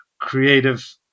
creative